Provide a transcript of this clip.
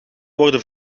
worden